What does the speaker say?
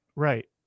Right